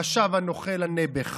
חשב הנוכל הנעבך,